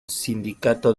sindicato